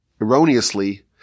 erroneously